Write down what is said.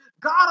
god